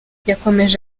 yakomeje